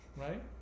right